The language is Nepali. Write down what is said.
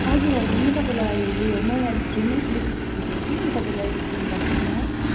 हजुर हजुर म तपाईँलाई उयो म अहिले फ्री नै छु बिजी छुइनँ कि म तपाईँलाई एक्सप्लेन गर्छु नि है